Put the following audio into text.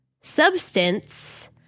substance